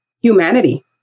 humanity